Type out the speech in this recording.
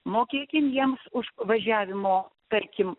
mokėkim jiems už važiavimo tarkim